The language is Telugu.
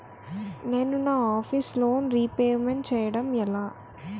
నేను నా ఆఫీస్ లోన్ రీపేమెంట్ చేయడం ఎలా?